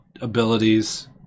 abilities